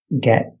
get